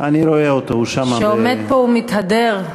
שעומד פה ומתהדר,